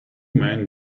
men